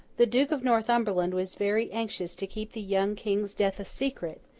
the duke of northumberland was very anxious to keep the young king's death a secret,